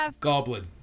goblin